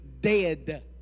dead